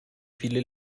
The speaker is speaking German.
viele